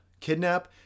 Kidnap